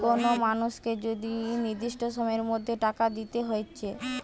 কোন মানুষকে যদি নির্দিষ্ট সময়ের মধ্যে টাকা দিতে হতিছে